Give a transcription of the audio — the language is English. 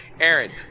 Aaron